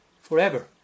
forever